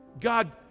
God